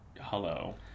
Hello